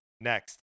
next